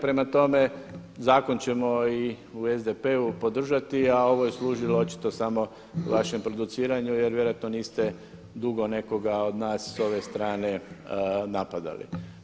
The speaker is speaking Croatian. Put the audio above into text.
Prema tome zakon ćemo i u SDP-u podržati a ovo je služilo očito samo vašem produciranju jer vjerojatno niste dugo nekoga od nas s ove strane napadali.